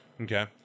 Okay